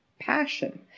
passion